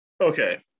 okay